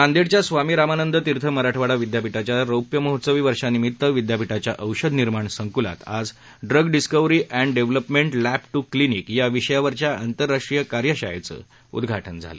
नांदेडच्या स्वामी रामानंद तीर्थ मराठवाडा विदयापीठाच्या रौप्य महोत्सवी वर्षानिमितानं विद्यापीठाच्या औषध निर्माण संक्लात आज drug discovery and development lab clinic या विषयावरच्या आंतरराष्ट्रीय कार्यशाळेचं आज उद्घा न झालं